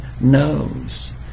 knows